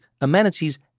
amenities